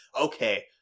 okay